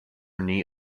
knee